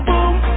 Boom